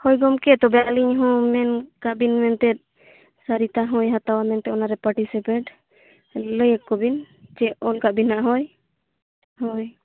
ᱦᱳᱭ ᱜᱚᱢᱠᱮ ᱛᱚᱵᱮ ᱟᱹᱞᱤᱧ ᱦᱚᱸ ᱢᱮᱱ ᱠᱟᱜ ᱵᱤᱱ ᱢᱮᱱᱛᱮᱫ ᱥᱚᱨᱤᱛᱟ ᱦᱚᱸᱭ ᱦᱟᱛᱟᱣᱟ ᱢᱮᱱᱛᱮ ᱚᱱᱟᱨᱮ ᱯᱟᱴᱤᱥᱮᱯᱮᱴ ᱞᱟᱹᱭ ᱟᱠᱚ ᱵᱤᱱ ᱪᱮᱫ ᱚᱞ ᱠᱟᱜ ᱵᱤᱱ ᱦᱟᱸᱜ ᱦᱳᱭ ᱦᱳᱭ